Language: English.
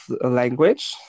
language